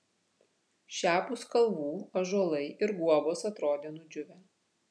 šiapus kalvų ąžuolai ir guobos atrodė nudžiūvę